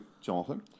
Jonathan